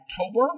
October